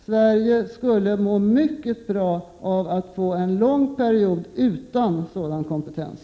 Sverige skulle må mycket bra av att få en lång period utan sådan kompetens.